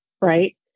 right